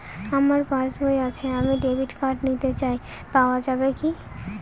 আমার পাসবই আছে আমি ডেবিট কার্ড নিতে চাই পাওয়া যাবে কি?